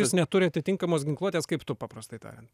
jis neturi atinkamos ginkluotės kaip tu paprastai tariant